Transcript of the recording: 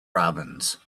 robins